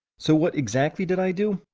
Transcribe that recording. so, what exactly did i do?